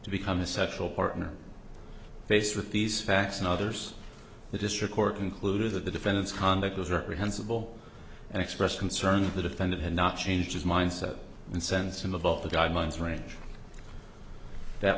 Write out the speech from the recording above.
to become a sexual partner faced with these facts and others the district court concluded that the defendant's conduct was reprehensible and expressed concern the defendant had not changed his mindset and sense in the both the guidelines range that